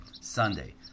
Sunday